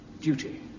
...duty